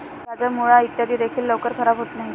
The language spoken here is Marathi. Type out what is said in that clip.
गाजर, मुळा इत्यादी देखील लवकर खराब होत नाहीत